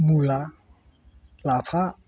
मुला लाफा